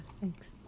Thanks